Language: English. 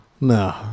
No